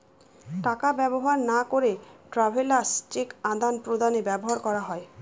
টাকা ব্যবহার না করে ট্রাভেলার্স চেক আদান প্রদানে ব্যবহার করা হয়